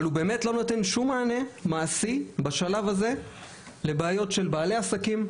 אבל הוא באמת לא נותן שום מענה מעשי בשלב הזה לבעיות של בעלי עסקים,